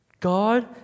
God